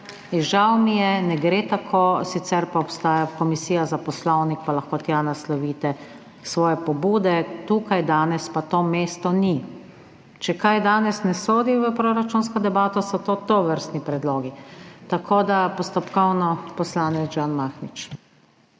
Žal mi je, ne gre tako, sicer pa obstaja Komisija za poslovnik pa lahko tja naslovite svoje pobude. Tukaj danes pa za to mesta ni. Če kaj danes ne sodi v proračunsko debato, so to tovrstni predlogi. Postopkovno, poslanec Žan Mahnič.